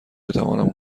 بتوانم